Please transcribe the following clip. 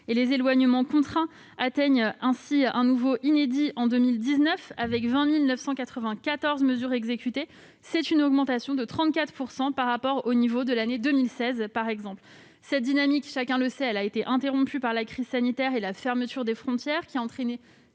Les éloignements contraints atteignent ainsi un niveau inédit en 2019, avec 20 994 mesures exécutées, soit une augmentation de 34 % par rapport au niveau de l'année 2016, pour ne prendre que cet exemple. Cette dynamique, chacun le sait, a été interrompue par la crise sanitaire et la fermeture des frontières, ayant entraîné